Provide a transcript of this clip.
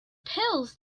pills